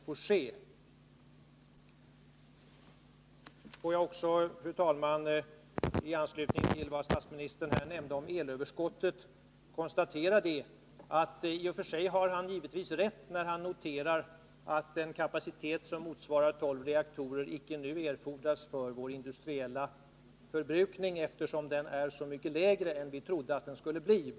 Får jag också, fru talman, i anslutning till vad statsministern nämnde om elöverskottet konstatera, att han i och för sig givetvis har rätt när han noterar att en kapacitet som motsvarar tolv reaktorer icke nu erfordras för vår industriella förbrukning, eftersom denna beklagligtvis är så mycket lägre än vi trodde att den skulle bli.